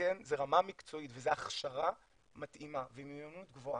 זה רמה מקצועית וזה הכשרה מתאימה ומיומנות גבוהה.